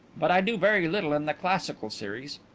but i do very little in the classical series.